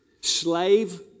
slave